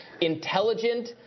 intelligent